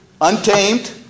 Untamed